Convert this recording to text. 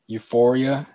Euphoria